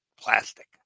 plastic